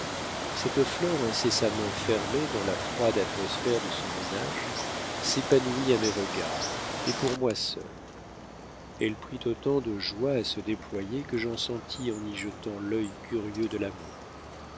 cette fleur incessamment fermée dans la froide atmosphère de son ménage s'épanouit à mes regards et pour moi seul elle prit autant de joie à se déployer que j'en sentis en y jetant l'œil curieux de l'amour